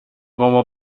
como